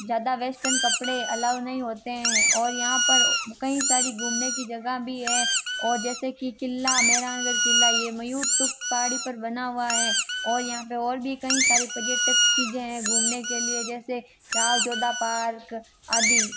ज्यादा वेस्टर्न कपड़े अलाउ नहीं होते है और यहाँ पर कई सारी घूमने की जगह भी है और जैसे कि किला मैदानगढ़ किला ये मयूर टुक पहाड़ी पर बना हुआ है और यहाँ पर और भी कई सारे पर्यटक चीज़ें है घूमने के लिए जैसे राव जोधा पार्क आदि